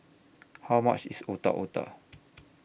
How much IS Otak Otak